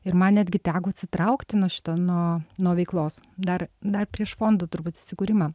ir man netgi teko atsitraukti nuo šito nuo nuo veiklos dar dar prieš fondo turbūt susikūrimą